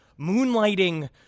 moonlighting